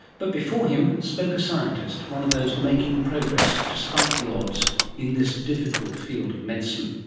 but before him spoke a scientist, one of those making progress despite the ods in this difficult field of medicine.